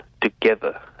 together